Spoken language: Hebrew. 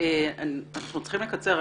אנחנו צריכים לקצר.